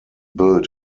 built